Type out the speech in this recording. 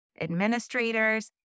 administrators